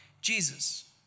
Jesus